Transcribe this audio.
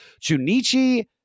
Junichi